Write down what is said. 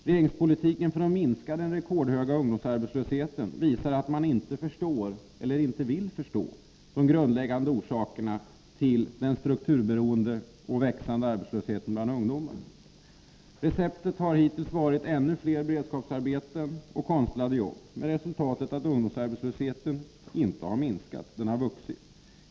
Regeringspolitiken för att minska den rekordhöga ungdomsarbetslösheten visar att man inte förstår eller inte vill förstå de grundläggande orsakerna till den strukturberoende och växande arbetslösheten bland ungdomen. Receptet har hittills varit ännu fler beredskapsarbeten och konstlade jobb med resultatet att ungdomsarbetslösheten inte har minskat — den har vuxit.